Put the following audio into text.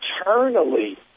eternally